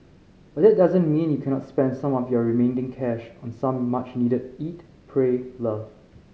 but that doesn't mean you cannot spend some of your remaining cash on some much needed eat pray love